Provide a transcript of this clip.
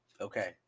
Okay